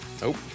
Nope